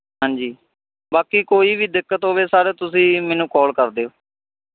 ਹਾਂਜੀ ਬਾਕੀ ਕੋਈ ਵੀ ਦਿੱਕਤ ਹੋਵੇ ਸਰ ਤੁਸੀਂ ਮੈਨੂੰ ਕੋਲ ਕਰ ਦਿਓ